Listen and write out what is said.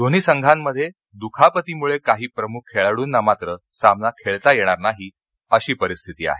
दोन्ही संघांमध्ये दुखापतीमुळे काही प्रमुख खेळाडूंना मात्र सामना खेळता येणार नाही अशी परिस्थिती आहे